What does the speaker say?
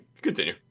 continue